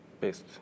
best